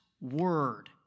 word